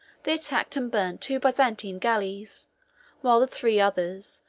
they attacked and burnt two byzantine galleys while the three others,